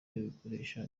kuyikoresha